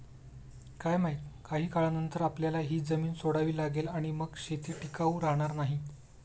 काय माहित, काही काळानंतर आपल्याला ही जमीन सोडावी लागेल आणि मग शेती टिकाऊ राहणार नाही